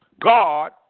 God